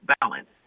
balance